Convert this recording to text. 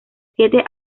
siete